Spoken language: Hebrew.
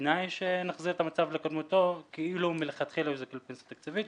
בתנאי שנחזיר את המצב לקדמותו כאילו מלכתחילה הוא זקוק לפנסיה תקציבית.